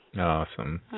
Awesome